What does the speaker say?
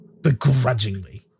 Begrudgingly